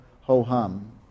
ho-hum